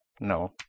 No